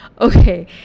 okay